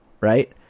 right